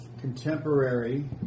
contemporary